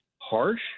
harsh